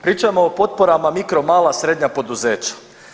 Pričamo o potporama mikro, mala, srednja poduzeća.